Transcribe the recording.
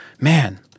man